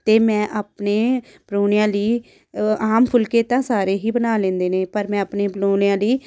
ਅਤੇ ਮੈਂ ਆਪਣੇ ਪ੍ਰਾਹੁਣਿਆਂ ਲਈ ਆਮ ਫੁਲਕੇ ਤਾਂ ਸਾਰੇ ਹੀ ਬਣਾ ਲੈਂਦੇ ਨੇ ਪਰ ਮੈਂ ਆਪਣੇ ਪ੍ਰਾਹੁਣਿਆਂ ਲਈ